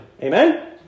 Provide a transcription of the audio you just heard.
Amen